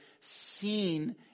seen